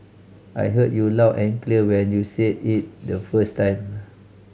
I heard you loud and clear when you said it the first time